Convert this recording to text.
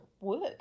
work